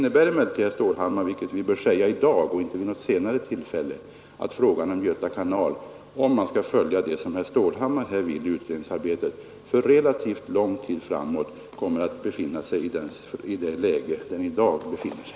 Om man emellertid, herr Stålhammar — och det bör sägas i dag och inte vid något senare tillfälle — skall följa herr Stålhammars önskningar beträffande utredningsarbetet, kommer frågan om Göta kanal att för relativt lång tid framåt ligga kvar i det läge där den i dag befinner sig.